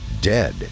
Dead